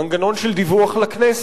מנגנון של דיווח לכנסת,